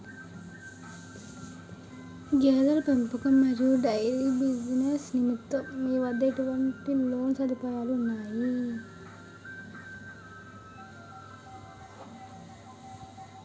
గేదెల పెంపకం మరియు డైరీ బిజినెస్ నిమిత్తం మీ వద్ద ఎటువంటి లోన్ సదుపాయాలు ఉన్నాయి?